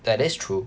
that is true